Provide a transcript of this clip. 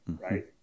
Right